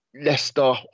leicester